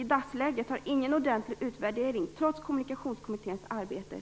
I dagsläget har ingen ordentlig utvärdering kommit till stånd, trots Kommunikationskommitténs arbete.